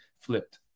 flipped